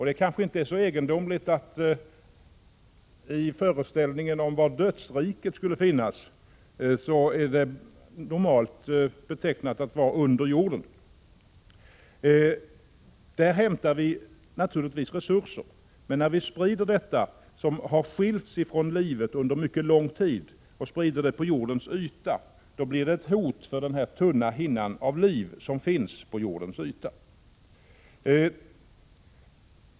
Det kanske inte är så egendomligt att man i föreställningen om var dödsriket skulle finnas har antagit att det finns under jorden. När man sprider ut på jordens yta det som har skilts från livet under mycket lång tid, då blir det ett hot för den tunna hinna av liv som finns på jordens yta.